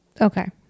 Okay